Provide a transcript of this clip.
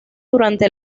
durante